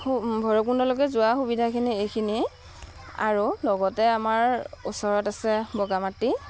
ভৈৰৱকুণ্ডলৈকে যোৱা সুবিধাখিনি এইখিনিয়ে আৰু লগতে আমাৰ ওচৰত আছে বগামাটি